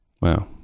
Wow